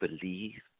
believe